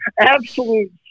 absolute